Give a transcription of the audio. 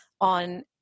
on